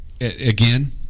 again